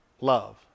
love